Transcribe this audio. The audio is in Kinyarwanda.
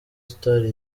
star